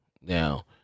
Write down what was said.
now